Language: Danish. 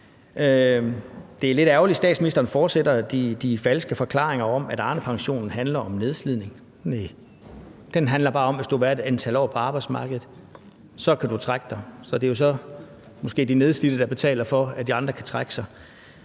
Det er lidt ærgerligt, at statsministeren fortsætter med de falske forklaringer om, at Arnepension handler om nedslidning. Næh, den handler bare om, at hvis du har været et antal år på arbejdsmarkedet, kan du trække dig. Så måske er det så de nedslidte, der betaler for, at de andre kan trække sig.